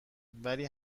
ولی